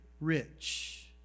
rich